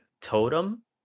totem